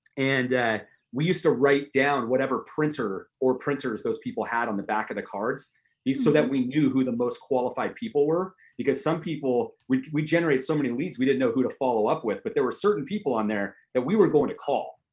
and we used to write down whatever printer or printers those people had on the back of their cards so that we knew who the most qualified people were because some people, we we generate so many leads, we didn't know who to follow-up with, but there were certain people on there that we were going to call,